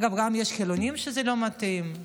אגב, יש גם חילונים שזה לא מתאים להם.